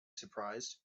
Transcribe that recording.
surprised